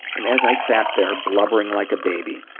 and as i sat there blubbering like a baby,